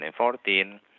2014